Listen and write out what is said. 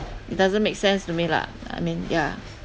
it doesn't make sense to me lah I mean yeah